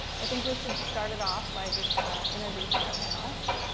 i think we should start it off by just introducing our panelists.